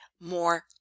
more